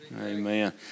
Amen